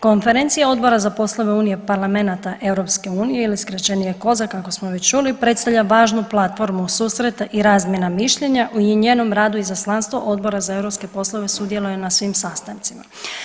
Konferencija Odbora za poslove unije parlamenata EU ili skraćenije COSAC kako smo već čuli, predstavlja važnu platformu susreta i razmjena mišljenja i u njenom radu Izaslanstvo Odbora za europske poslove sudjeluje na svim sastancima.